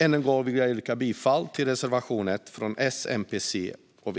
Än en gång vill jag yrka bifall till reservation 1 från S, MP, C och V.